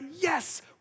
yes